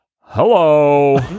Hello